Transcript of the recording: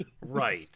Right